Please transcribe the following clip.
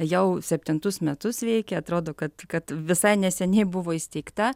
jau septintus metus veikia atrodo kad kad visai neseniai buvo įsteigta